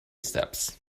steps